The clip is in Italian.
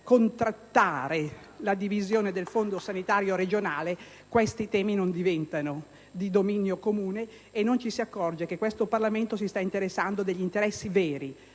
contrattare la divisione del fondo sanitario regionale, questi temi non diventano di dominio comune e non ci si accorge che questo Parlamento si sta interessando ai bisogni veri